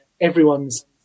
everyone's